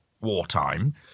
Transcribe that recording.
wartime